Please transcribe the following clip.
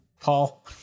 paul